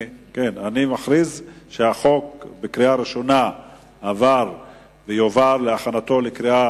אני מכריז שהחוק התקבל בקריאה ראשונה ויועבר לשם הכנתו לקריאה